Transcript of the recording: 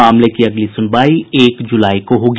मामले की अगली सुनवाई एक जुलाई को होगी